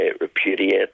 repudiate